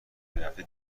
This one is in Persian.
میرفتی